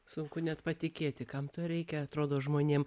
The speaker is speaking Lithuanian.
sunku net patikėti kam to reikia atrodo žmonėm